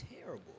terrible